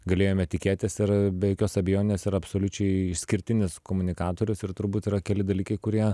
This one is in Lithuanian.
galėjome tikėtis ir be jokios abejonės yra absoliučiai išskirtinis komunikatorius ir turbūt yra keli dalykai kurie